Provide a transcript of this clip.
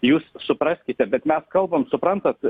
jūs supraskite bet mes kalbam suprantat